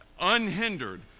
unhindered